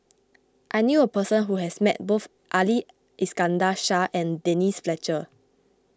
I knew a person who has met both Ali Iskandar Shah and Denise Fletcher